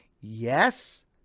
Yes